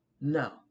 No